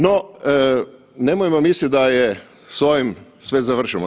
No, nemojmo mislit da je s ovim sve završeno.